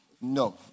No